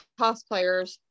cosplayers